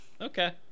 Okay